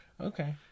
okay